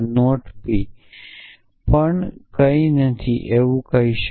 P પણ કઈ નથી એવું કહી શકો